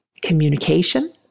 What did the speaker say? communication